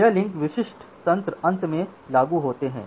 ये लिंक विशिष्ट तंत्र अंत में लागू होते हैं